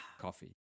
Coffee